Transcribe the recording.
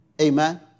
Amen